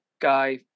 guy